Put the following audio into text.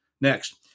Next